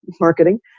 marketing